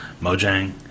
Mojang